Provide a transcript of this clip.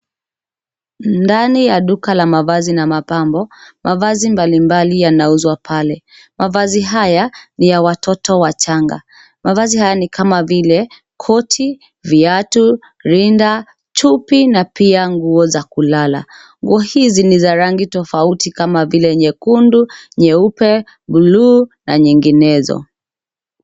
Ndani ya duka la mavazi na mapambo, mavazi mbalimbali yanauzwa pale. Mavazi haya ni ya watoto wachanga. Mavazi haya ni kama vile koti, viatu, rinda, chupi na pia nguo za kulala. Nguo hizi ni za rangi tofauti kama vile nyekundu, nyeupe, buluu na nyinginezo.